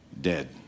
Dead